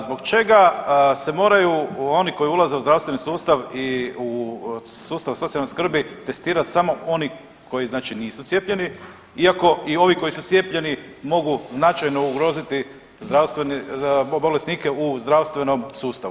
Zbog čega se moraju oni koji ulaze u zdravstveni sustav i u sustav socijalne skrbi testirat samo oni koji znači nisu cijepljeni iako i ovi koji su cijepljeni mogu značajno ugroziti bolesnike u zdravstvenom sustavu.